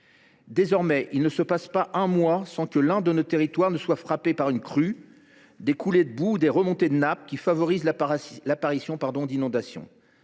Désormais, il ne se passe pas un mois sans que l’un de nos territoires soit frappé par une crue, des coulées de boue ou des remontées de nappes qui favorisent l’apparition d’inondations.